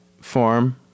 form